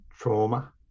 trauma